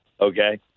okay